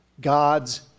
God's